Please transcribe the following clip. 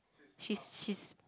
she's she's